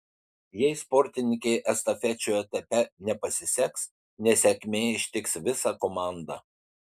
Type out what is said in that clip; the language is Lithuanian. jei sportininkei estafečių etape nepasiseks nesėkmė ištiks visą komandą